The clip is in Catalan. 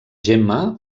gemma